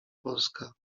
polska